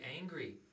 angry